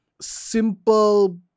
simple